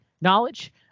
knowledge